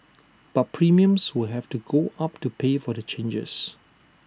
but premiums will have to go up to pay for the changes